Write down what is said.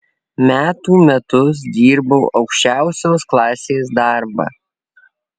metų metus dirbau aukščiausios klasės darbą